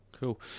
Cool